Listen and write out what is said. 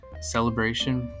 celebration